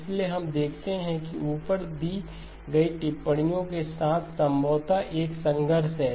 इसलिए हम देखते हैं कि ऊपर दी गई टिप्पणियों के साथ संभवतः एक संघर्ष है